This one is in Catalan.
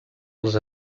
els